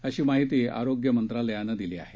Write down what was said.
अशी माहिती आरोग्य मंत्रालयानं दिली आहे